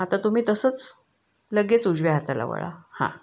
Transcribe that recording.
आता तुम्ही तसंच लगेच उजव्या हात त्याला वळा हां